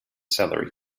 salary